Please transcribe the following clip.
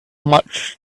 much